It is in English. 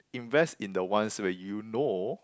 invest in the ones where you know